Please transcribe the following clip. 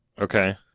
Okay